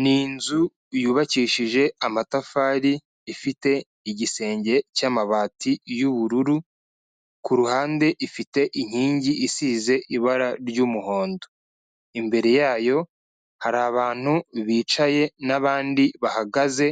Ni inzu yubakishije amatafari, ifite igisenge cy'amabati y'ubururu, ku ruhande ifite inkingi isize ibara ry'umuhondo. Imbere yayo hari abantu bicaye n'abandi bahagaze,